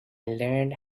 learned